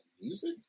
music